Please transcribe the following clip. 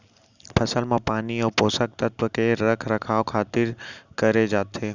फसल म पानी अउ पोसक तत्व के रख रखाव खातिर करे जाथे